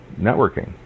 networking